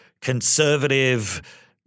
conservative